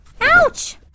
Ouch